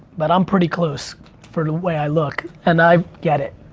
but i'm pretty close for the way i look, and i get it.